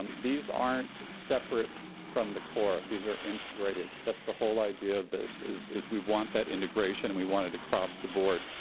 um these aren't separate from the these are integrated. that's the whole idea of this, is is we want that integration and we want it across the board.